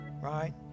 Right